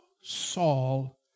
Saul